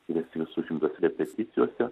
ir esi vis užimtas repeticijose